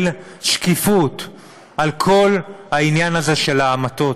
שקיפות על כל העניין הזה של ההמתות,